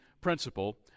principle